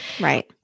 Right